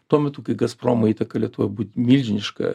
tuo metu kai gazpromo įtaka lietuvoje būt milžiniška